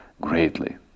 greatly